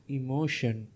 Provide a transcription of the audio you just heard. emotion